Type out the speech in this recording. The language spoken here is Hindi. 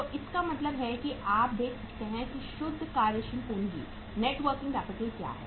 तो इसका मतलब है कि अब आप देख सकते हैं कि शुद्ध कार्यशील पूंजी NWC क्या है